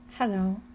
Hello